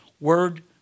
word